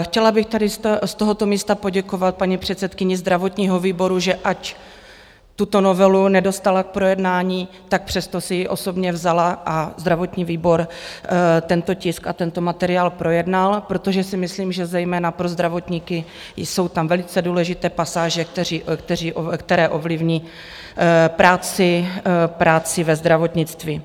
Chtěla bych tady z tohoto místa poděkovat paní předsedkyni zdravotního výboru, že ač tuto novelu nedostala k projednání, přesto si ji osobně vzala a zdravotní výbor tento tisk a tento materiál projednal, protože si myslím, že zejména pro zdravotníky jsou tam velice důležité pasáže, které ovlivní práci ve zdravotnictví.